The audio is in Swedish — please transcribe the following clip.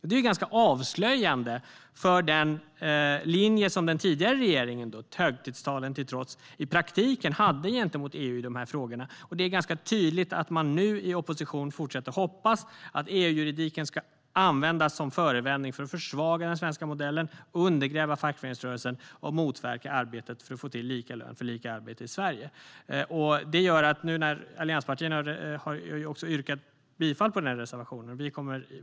Detta är ganska avslöjande för den linje som den tidigare regeringen, högtidstalen till trots, i praktiken hade gentemot EU i de här frågorna. Och det är ganska tydligt att man nu i opposition fortsätter att hoppas att EU-juridiken ska kunna användas som förevändning för att försvaga den svenska modellen, undergräva fackföreningsrörelsen och motverka arbetet för att få till lika lön för lika arbete i Sverige. Företrädare för allianspartierna har yrkat bifall till den här reservationen.